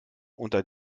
unter